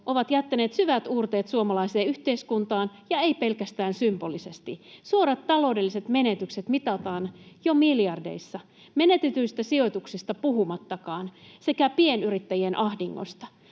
ovat jättäneet syvät uurteet suomalaiseen yhteiskuntaan, ja ei pelkästään symbolisesti. Suorat taloudelliset menetykset mitataan jo miljardeissa, menetetyistä sijoituksista sekä pienyrittäjien ahdingosta